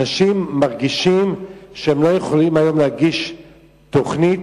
אנשים מרגישים שהם לא יכולים היום להגיש תוכנית.